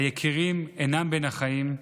היקירים אינם בין החיים,